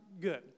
good